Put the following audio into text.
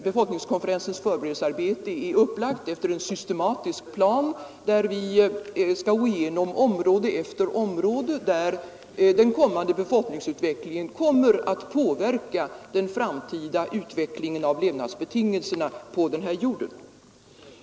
Befolkningskonferensens förberedelsearbete är upplagt efter en systematisk plan, där vi skall gå igenom område efter område i vilka den kommande befolkningsutvecklingen kommer att påverka den framtida utvecklingen av levnadsbetingelserna på jorden.